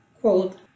quote